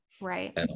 right